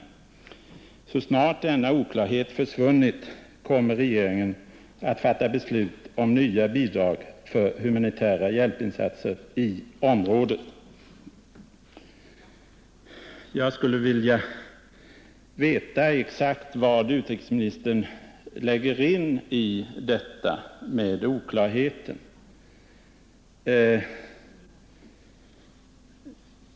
Så snart denna oklarhet försvunnit, kommer regeringen att fatta beslut om nya bidrag för humanitära hjälpinsatser i området.” Jag skulle vilja veta exakt vad utrikesministern avser med ordet ”oklarhet”.